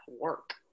work